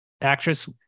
actress